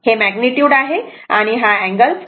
हे मॅग्निट्युड आहे आणि अँगल 40